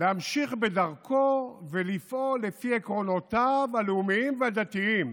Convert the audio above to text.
להמשיך בדרכו ולפעול לפי עקרונותיו הלאומיים והדתיים.